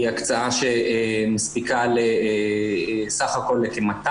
היא הקצאה שמספיקה לסך הכול כ-200.